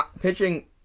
pitching